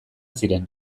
ziren